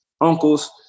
uncles